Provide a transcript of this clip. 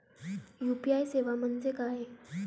UPI सेवा म्हणजे काय?